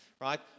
right